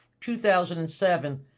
2007